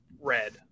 red